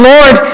Lord